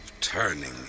turning